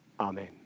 Amen